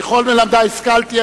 מכל מלמדי השכלתי.